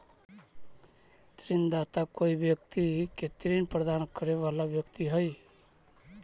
ऋणदाता कोई व्यक्ति के ऋण प्रदान करे वाला व्यक्ति हइ